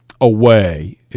away